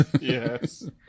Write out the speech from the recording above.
Yes